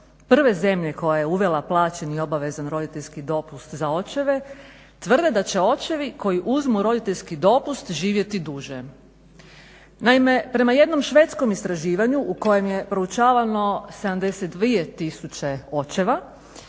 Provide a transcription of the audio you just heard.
prve zemlje koja je uvela plaćeni obavezan roditeljski dopust za očeve, tvrde da će očevi koji uzmu roditeljski dopust živjeti duže. Naime, prema jednom švedskom istraživanju u kojem je proučavano 72 tisuće očeva,